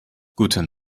guten